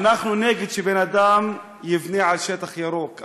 אנחנו נגד שבן-אדם יבנה על שטח ירוק,